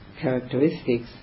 characteristics